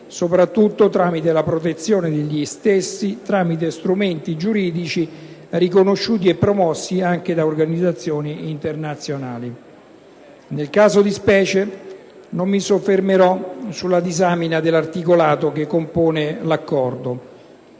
soprattutto tramite la protezione degli stessi attraverso strumenti giuridici riconosciuti e promossi anche da organizzazioni internazionali. Nel caso di specie, non mi soffermerò sulla disamina dell'articolato che compone l'Accordo,